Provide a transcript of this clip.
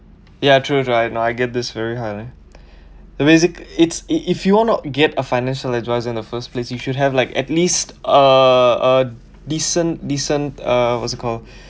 ya true true I get this very highly basic~ it's if you want to get a financial adviser in the first place you should have like at least a a decent decent uh what is it called